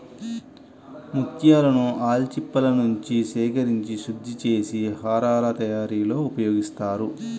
ముత్యాలను ఆల్చిప్పలనుంచి సేకరించి శుద్ధి చేసి హారాల తయారీలో ఉపయోగిస్తారు